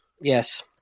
Yes